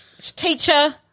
Teacher